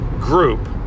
group